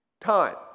time